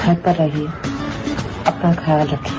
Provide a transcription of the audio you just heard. घर पर रहे अपना ख्याल रखें